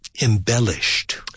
embellished